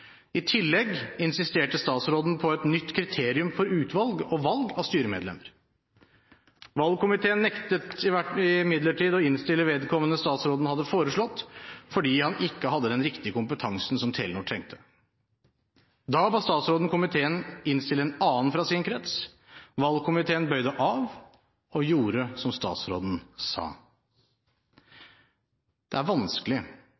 I tillegg insisterte statsråden på et nytt kriterium for utvalg og valg av styremedlemmer. Valgkomiteen nektet imidlertid å innstille vedkommende statsråden hadde foreslått, fordi han ikke hadde den riktige kompetansen som Telenor trengte. Da ba statsråden komiteen innstille en annen fra sin krets. Valgkomiteen bøyde av og gjorde som statsråden sa. Det er vanskelig